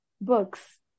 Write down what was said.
books